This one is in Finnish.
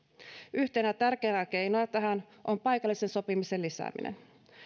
yhtenä tärkeänä keinona tähän on paikallisen sopimisen lisääminen